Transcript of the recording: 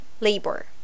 labor